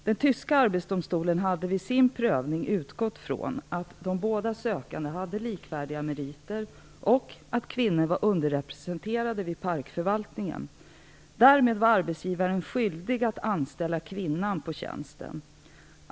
Den tyska arbetsdomstolen hade vid sin prövning utgått ifrån att de båda sökande hade likvärdiga meriter och att kvinnor var underrepresenterade vid parkförvaltningen. Därmed var arbetsgivaren skyldig att anställa kvinnan på tjänsten.